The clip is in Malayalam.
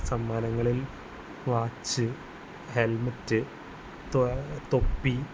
സമ്മാനങ്ങളിൽ വാച്ച് ഹെൽമെറ്റ് തൊപ്പി